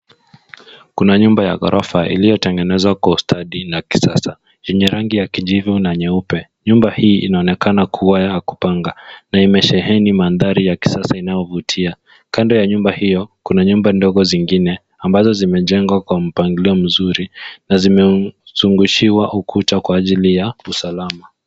Kuna nyumba ya ghorofa iliyotengenezwa kwa ustadi na kisasa. Yenye rangi ya kijivu na nyeupe. Nyumba hii inaonekana kuwa ya kupanga, na imesheheni mandhari ya kisasa inayovutia. Kando ya nyumba hiyo, kuna nyumba ndogo zingine, ambazo zimejengwa kwa mpangilio mzuri, na zimezungushiwa ukuta kwa ajili ya usalama.